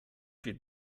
feed